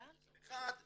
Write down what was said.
אחד,